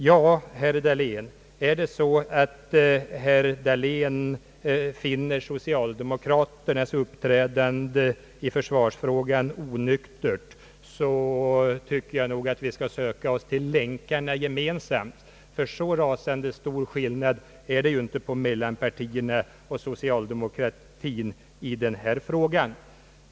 Ja, finner herr Dahlén socialdemokraternas uppträdande i försvarsfrågan onyktert så tycker jag nog att vi skall söka oss till Länkarna gemensamt — det är ju inte så rasande stor skillnad mellan oss och mittenpartierna i den här frågan.